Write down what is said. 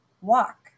walk